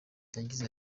yagize